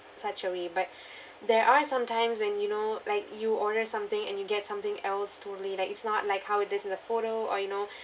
such a way but there are sometimes when you know like you order something and you get something else totally like it's not like how it is in the photo or you know